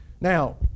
Now